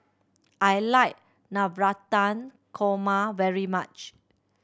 I like Navratan Korma very much